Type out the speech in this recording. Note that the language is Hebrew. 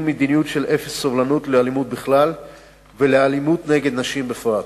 מדיניות של אפס סובלנות לאלימות בכלל ולאלימות נגד נשים בפרט.